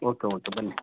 okay okay ಬನ್ನಿ